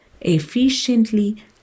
efficiently